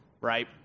right